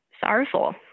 sorrowful